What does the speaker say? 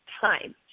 time